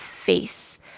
face